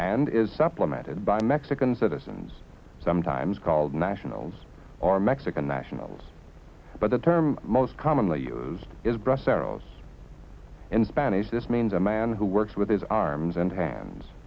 and is supplemented by mexican citizens sometimes called nationals are mexican nationals but the term most commonly used is breast arrows in spanish this means a man who works with his arms and hands